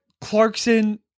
Clarkson